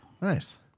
Nice